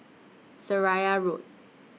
Seraya Road